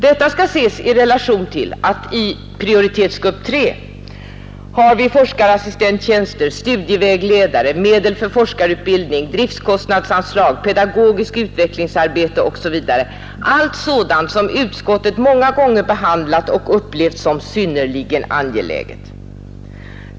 Detta skall ses i relation till att vi i prioritetsgrupp 3 finner forskarassistenttjänster, studievägledare, medel för forskarutbildning, driftkostnadsanslag, pedagogiskt utvecklingsarbete osv. — allt sådant som utskottet många gånger behandlat och upplevt som synnerligen angeläget.